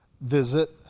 visit